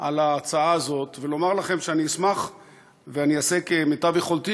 על ההצעה הזאת ולומר לכם שאני אשמח ואני אעשה כמיטב יכולתי